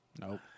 Nope